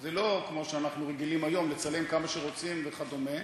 זה לא כמו שאנחנו רגילים היום לצלם כמה שרוצים וכדומה.